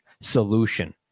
solution